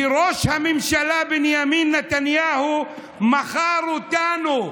שראש הממשלה בנימין נתניהו מכר, מכר אותנו,